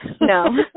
No